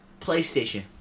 PlayStation